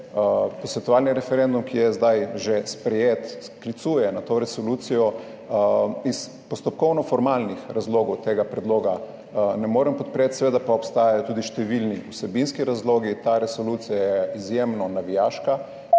posvetovalni referendum, ki je zdaj že sprejet, sklicuje na to resolucijo iz postopkovno formalnih razlogov tega predloga ne morem podpreti. Seveda pa obstajajo tudi številni vsebinski razlogi. Ta resolucija je izjemno navijaška.